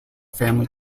family